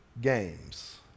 games